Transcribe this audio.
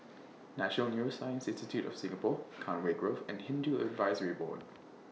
National Neuroscience Institute of Singapore Conway Grove and Hindu Advisory Board